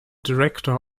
director